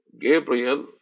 Gabriel